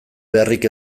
beharrik